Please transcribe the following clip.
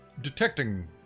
Detecting